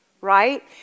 right